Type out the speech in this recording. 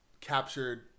captured